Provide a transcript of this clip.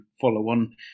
follow-on